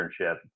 internship